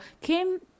kim